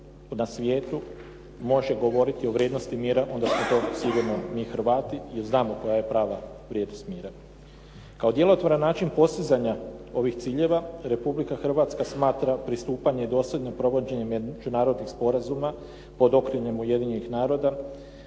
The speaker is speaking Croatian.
na svijetu može govoriti o vrijednosti mjera onda smo to sigurno mi Hrvati jer znamo koja je prava vrijednost mira. Kao djelotvoran način postizanja ovih ciljeva Republika Hrvatska smatra pristupanje dosljednim provođenjem međunarodnih sporazuma pod okriljem Ujedinjenih naroda